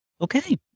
Okay